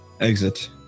exit